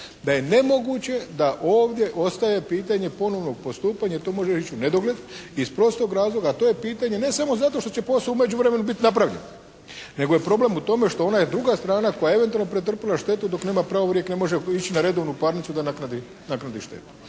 da je nemoguće da ovdje ostaje pitanje ponovnog postupanja i to može ići u nedogled iz prostog razloga, a to je pitanje ne samo zato što će posao u međuvremenu biti napravljen, nego je problem u tome što ona je druga strana koja eventualno pretrpila štetu dok nema pravorijek, ne može ići na redovnu parnicu da naknadi štetu.